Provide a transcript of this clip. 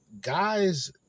guys